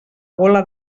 gola